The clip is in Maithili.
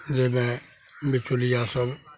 जाहिमे बिचौलिया सब